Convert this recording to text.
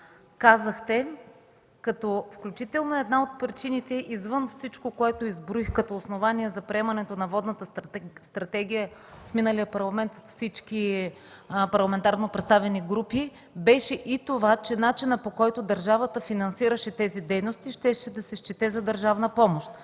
казахте, като включително една от причините извън всичко, което изброих като основание за приемането на Водната стратегия в миналия Парламент от всички парламентарно представени групи, беше и това, че начинът, по който държавата финансираше тези дейности, щеше да се счете за държавна помощ.